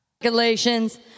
congratulations